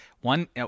One